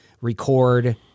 record